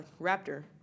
Raptor